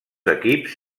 equips